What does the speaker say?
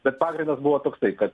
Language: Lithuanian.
bet pagrindas buvo toksai kad